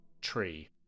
tree